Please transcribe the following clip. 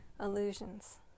illusions